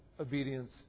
obedience